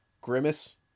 Grimace